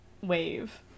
wave